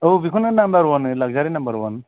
औ बेखौनो number one होनो लाखजारि नाम्बार वान